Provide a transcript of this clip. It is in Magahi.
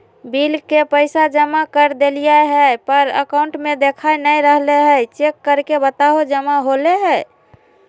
बिल के पैसा जमा कर देलियाय है पर अकाउंट में देखा नय रहले है, चेक करके बताहो जमा होले है?